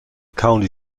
county